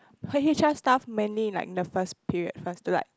h_r stuff mainly like in the first period first to like